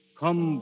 come